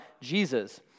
Jesus